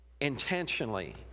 intentionally